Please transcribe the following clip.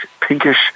pinkish